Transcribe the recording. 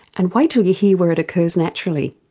and wait till you hear where it occurs naturally.